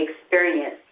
experience